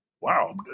wow